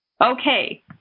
Okay